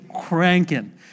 cranking